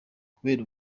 kubera